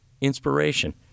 inspiration